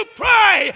pray